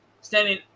standing